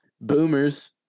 boomers